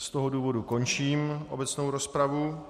Z toho důvodu končím obecnou rozpravu.